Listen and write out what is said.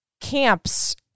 Camps